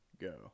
go